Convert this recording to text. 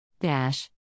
Dash